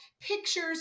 pictures